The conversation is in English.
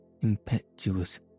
impetuous